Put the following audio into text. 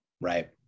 Right